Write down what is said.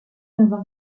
dans